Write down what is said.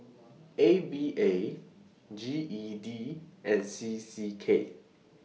A V A G E D and C C K